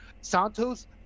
Santos